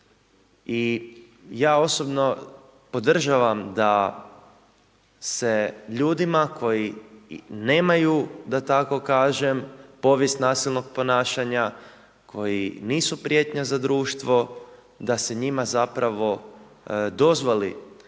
i ja osobno podržavam da se ljudima koji nemaju, da tako kažem, povijest nasilnog ponašanja, koji nisu prijetnja za društvo, da se njima zapravo dozvoli